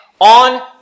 on